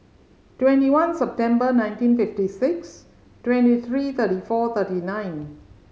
twenty one September nineteen fifty six twenty three thirty four thirty nine